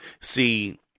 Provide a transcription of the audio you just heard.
See